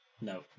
No